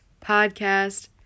podcast